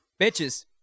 Bitches